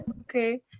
Okay